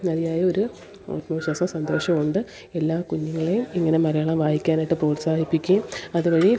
അതിയായൊരു ആത്മവിശ്വാസം സന്തോഷം ഉണ്ട് എല്ലാ കുഞ്ഞുങ്ങളെയും ഇങ്ങനെ മലയാളം വായിക്കാനായിട്ട് പ്രോത്സാഹിപ്പിക്കയും അത് വഴി